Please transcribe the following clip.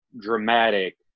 dramatic